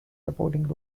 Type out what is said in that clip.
supporting